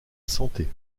santé